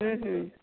हुं हुं